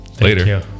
Later